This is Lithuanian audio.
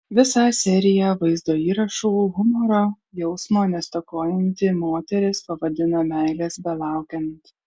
visą seriją vaizdo įrašų humoro jausmo nestokojanti moteris pavadino meilės belaukiant